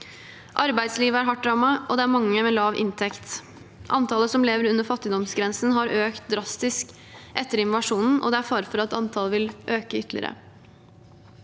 Arbeidslivet er hardt rammet, og det er mange med lav inntekt. Antallet som lever under fattigdomsgrensen, har økt drastisk etter invasjonen, og det er fare for at antallet vil øke ytterligere.